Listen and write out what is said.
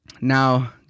now